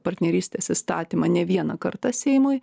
partnerystės įstatymą ne vieną kartą seimui